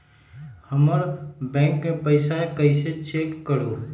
हमर बैंक में पईसा कईसे चेक करु?